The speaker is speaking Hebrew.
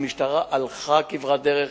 המשטרה הלכה כברת דרך.